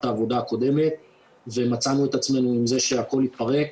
העבודה הקודמת ומצאנו את עצמנו עם זה שהכול התפרק.